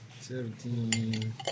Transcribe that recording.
Seventeen